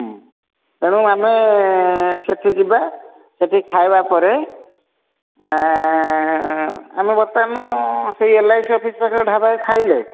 ତେଣୁ ଆମେ ସେଠି ଯିବା ସେଠି ଖାଇବା ପରେ ଆମେ ବର୍ତ୍ତମାନ ସେଇ ଏଲ୍ ଆଇ ସି ଅଫିସ୍ ପାଖ ଢ଼ାବା ଖାଇଲେ